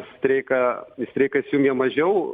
streiką į streiką įsijungė mažiau